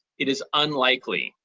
it is unlikely